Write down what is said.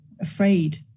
afraid